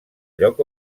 lloc